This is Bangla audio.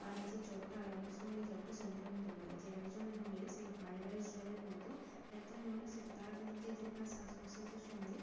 আর এই যে জ্বরটা হয় অনেক সময় এই জ্বরটা সংক্রামিত হয় যে একজনের হলে সেই ভাইরাস জ্বরের মতো একজনের হলে সেটা তার কাছে যে যায় তার শ্বাস প্রশ্বাসের সঙ্গে